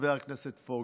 חבר הכנסת פוגל.